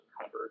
covered